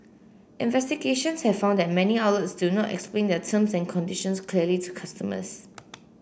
investigations have found that many outlets do not explain their terms and conditions clearly to customers